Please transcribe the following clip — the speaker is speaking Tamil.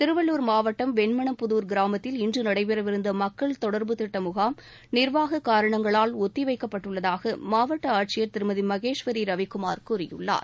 திருவள்ளூர் மாவட்டம் வெண்மனம்புதூர் கிராமத்தில் இன்று நடைபெறவிருந்த மக்கள் தொடர்புத்திட்ட முகாம் நிர்வாகக் காரணங்களால் ஒத்தி வைக்கப்பட்டுள்ளதாக மாவட்ட ஆட்சியர் திருமதிமகேஸ்வரி ரவிகுமார் கூறியுள்ளார்